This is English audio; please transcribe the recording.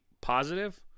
positive